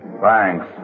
Thanks